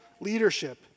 leadership